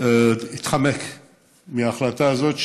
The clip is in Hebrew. התחמק מההחלטה הזאת,